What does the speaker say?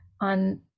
on